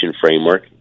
framework